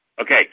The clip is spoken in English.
Okay